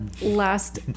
last